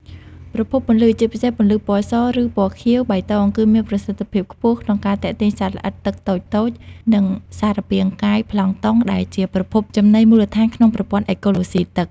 ប្រភពពន្លឺ ជាពិសេសពន្លឺពណ៌ស ឬពណ៌ខៀវ-បៃតង គឺមានប្រសិទ្ធភាពខ្ពស់ក្នុងការទាក់ទាញសត្វល្អិតទឹកតូចៗ និងសារពាង្គកាយប្លង់តុង ដែលជាប្រភពចំណីមូលដ្ឋានក្នុងប្រព័ន្ធអេកូឡូស៊ីទឹក។